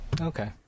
okay